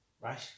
Right